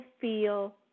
feel